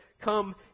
Come